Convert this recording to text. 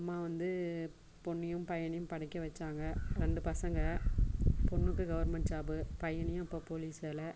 அம்மா வந்து பொண்ணையும் பையனையும் படிக்க வச்சாங்க ரெண்டு பசங்க பொண்ணுக்கு கவெர்ன்மெண்ட் ஜாப்பு பையனையும் இப்போ போலீஸ் வேலை